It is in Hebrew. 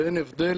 שאין הבדל